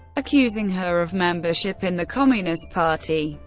accusing her of membership in the communist party.